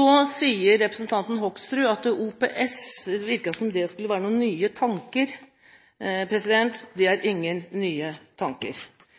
Representanten Hoksrud sier at OPS er nye tanker. Det er ingen nye tanker. OPS har